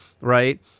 right